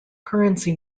currency